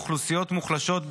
אוכלוסיות מוחלשות,